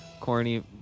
Corny